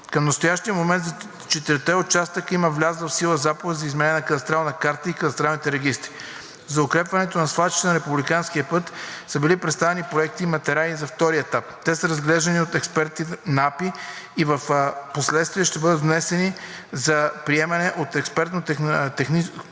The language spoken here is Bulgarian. Към настоящия момент за четирите участъка има влязла в сила заповед за изменение на кадастралната карта и кадастралните регистри. За укрепването на свлачищата на републиканския път са били представени проекти и материали за втория етап. Те са разглеждани от експерти на АПИ и впоследствие ще бъдат внесени за приемане от експертен